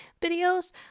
videos